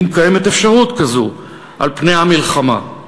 אם קיימת אפשרות כזו, על פני המלחמה.